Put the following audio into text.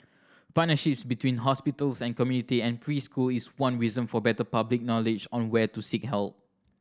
partnerships between hospitals and community and preschools is one reason for better public knowledge on where to seek help